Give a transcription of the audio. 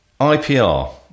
ipr